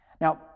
Now